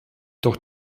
doch